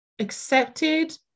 accepted